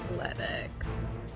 Athletics